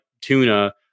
tuna